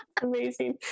amazing